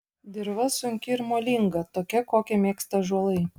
dirva sunki ir molinga tokia kokią mėgsta ąžuolai